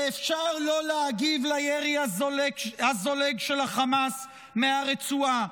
שאפשר לא להגיב על הירי הזולג של החמאס מהרצועה,